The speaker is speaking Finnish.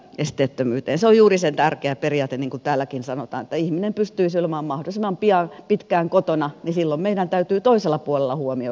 se on juuri se tärkeä periaate niin kuin täälläkin sanotaan että ihminen pystyisi olemaan mahdollisimman pitkään kotona ja silloin meidän täytyy toisella puolella huomioida se asia